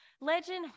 Legend